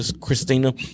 Christina